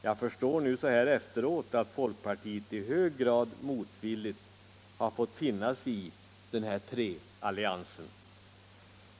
Jag förstår nu så här efteråt att folkpartiet i hög grad motvilligt fått finna sig i den här trealliansen.